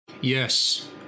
yes